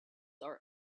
are